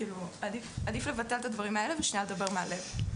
עדיף לבטל את הדברים האלה ושנייה לדבר מהלב.